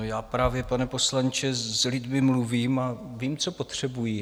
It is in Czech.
Já právě, pane poslanče, s lidmi mluvím a vím, co potřebují.